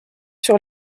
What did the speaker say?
sur